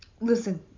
Listen